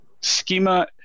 Schema